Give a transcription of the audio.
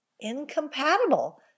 incompatible